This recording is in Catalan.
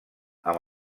amb